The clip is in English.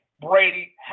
Brady